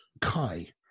Kai